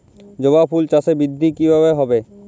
জবা ফুল চাষে বৃদ্ধি কিভাবে হবে?